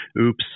Oops